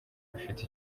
bifite